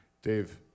Dave